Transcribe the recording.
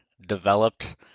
developed